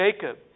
Jacob